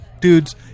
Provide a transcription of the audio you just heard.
Dudes